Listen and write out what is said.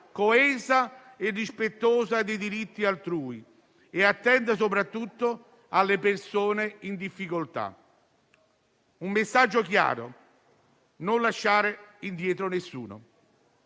coesa, rispettosa dei diritti altrui e attenta soprattutto alle persone in difficoltà. Il messaggio è chiaro: non lasciare indietro nessuno.